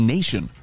Nation